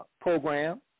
program